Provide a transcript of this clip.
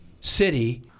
city